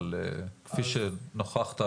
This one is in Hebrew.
אבל כפי שנוכחת,